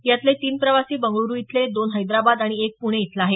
यातले तीन प्रवासी बंगळूरु इथले दोन हैदराबाद आणि एक पुणे इथला आहे